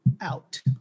out